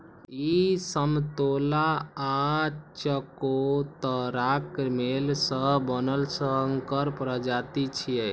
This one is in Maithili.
ई समतोला आ चकोतराक मेल सं बनल संकर प्रजाति छियै